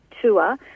tour